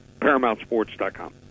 ParamountSports.com